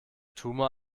tumor